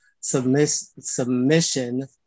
submission